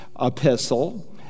epistle